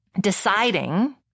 deciding